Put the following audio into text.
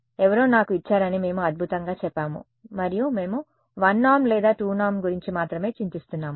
ఎవరో నాకు ఇచ్చారని మేము అద్భుతంగా చెప్పాము మరియు మేము 1 నార్మ్ లేదా 2 నార్మ్ గురించి మాత్రమే చింతిస్తున్నాము